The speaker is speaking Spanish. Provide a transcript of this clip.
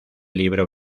libro